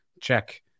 check